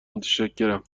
متشکرم